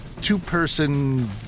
two-person